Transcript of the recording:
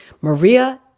Maria